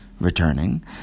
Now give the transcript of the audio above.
Returning